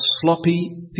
sloppy